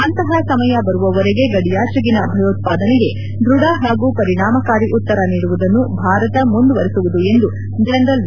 ಅಂತಹ ಸಮಯ ಬರುವವರೆಗೆ ಗೆಡಿಯಾಚೆಗಿನ ಭಯೋತ್ಸಾದನೆಗೆ ದ್ವಧ ಹಾಗೂ ಪರಿಣಾಮಕಾರಿ ಉತ್ತರ ನೀಡುವುದನ್ನು ಭಾರತ ಮುಂದುವರೆಸುವುದು ಎಂದು ಜನರಲ್ ವಿ